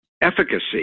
efficacy